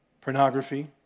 pornography